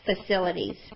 facilities